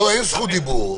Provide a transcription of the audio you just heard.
לא, אין זכות דיבור.